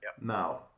Now